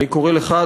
אני קורא לך,